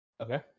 Okay